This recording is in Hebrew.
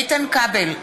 איתן כבל,